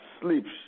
sleeps